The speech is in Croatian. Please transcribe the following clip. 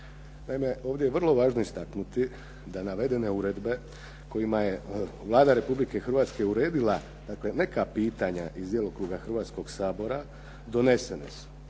ovdje je vrlo važno istaknuti da navedene uredbe kojima je Vlada Republike Hrvatske uredila neka pitanja iz djelokruga Hrvatskoga sabora donesene su